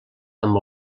amb